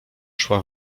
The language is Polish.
szła